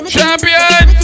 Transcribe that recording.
Champion